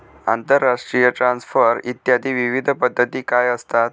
आंतरराष्ट्रीय ट्रान्सफर इत्यादी विविध पद्धती काय असतात?